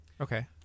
Okay